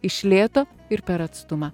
iš lėto ir per atstumą